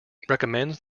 recommends